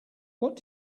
what